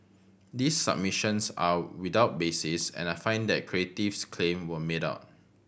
these submissions are without basis and I find that Creative's claim were made out